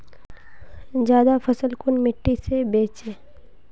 ज्यादा फसल कुन मिट्टी से बेचे?